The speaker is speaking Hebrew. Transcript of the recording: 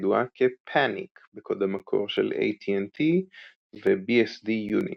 ידועה כ- panic בקוד המקור של AT&T ו-BSD יוניקס,